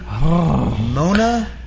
Mona